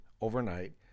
overnight